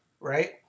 right